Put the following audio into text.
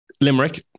Limerick